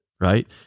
right